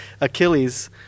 Achilles